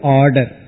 order